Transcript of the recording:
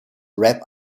rap